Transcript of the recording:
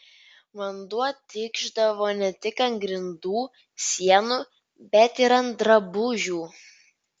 vanduo tikšdavo ne tik ant grindų sienų bet ir ant drabužių